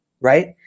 Right